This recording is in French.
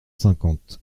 cinquante